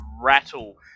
rattle